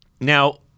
Now